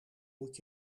moet